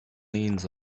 leans